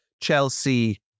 Chelsea